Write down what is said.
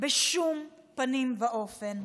בשום פנים ואופן.